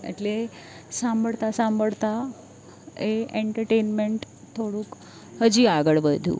એટલે સાંભળતા સાંભળતા એ એન્ટટેનમેન્ટ થોડુંક હજી આગળ વધ્યું